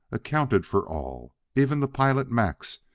accounted for all. even the pilot, max,